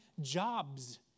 jobs